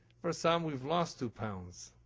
for some, we've lost two pounds.